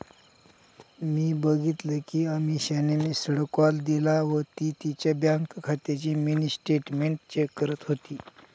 मी बघितल कि अमीषाने मिस्ड कॉल दिला व ती तिच्या बँक खात्याची मिनी स्टेटमेंट चेक करत होती